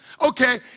Okay